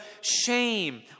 shame